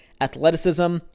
Athleticism